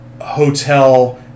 hotel